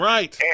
Right